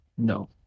No